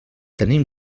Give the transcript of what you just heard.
tenim